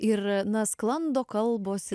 ir na sklando kalbos